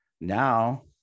Now